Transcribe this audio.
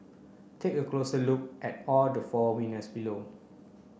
take a closer look at all the four winners below